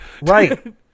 Right